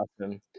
awesome